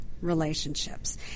relationships